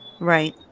Right